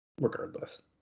regardless